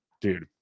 Dude